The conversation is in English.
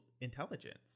intelligence